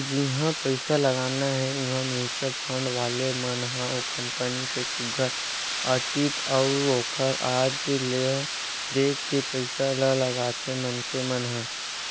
जिहाँ पइसा लगाना हे उहाँ म्युचुअल फंड वाले मन ह ओ कंपनी के सुग्घर अतीत अउ ओखर आज ल देख के पइसा ल लगाथे मनखे मन ह